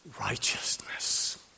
righteousness